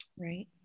right